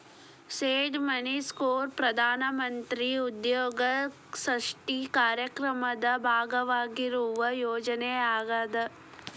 seed money scheme ಪ್ರಧಾನ ಮಂತ್ರಿಗಳ ಉದ್ಯೋಗ ಸೃಷ್ಟಿ ಕಾರ್ಯಕ್ರಮದ ಭಾಗವಾಗಿರುವ ಯೋಜನೆ ಆಗ್ಯಾದ